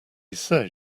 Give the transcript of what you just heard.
says